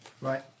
Right